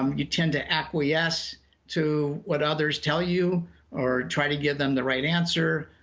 um you tend to acquiesce to what others tell you or try to give them the right answer.